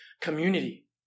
community